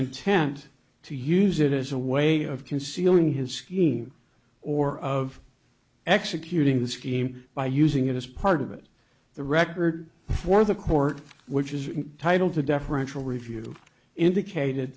intent to use it as a way of concealing his scheme or of executing the scheme by using it as part of it the record for the court which is titled the deferential review indicated